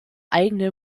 eigene